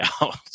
out